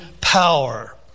power